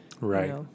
Right